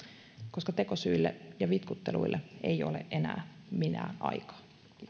koska tekosyille ja vitkutteluille ei ole enää millään aikaa